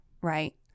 right